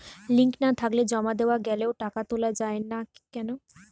Link না থাকলে জমা দেওয়া গেলেও টাকা তোলা য়ায় না কেন?